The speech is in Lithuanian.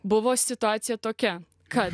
buvo situacija tokia kad